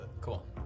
Cool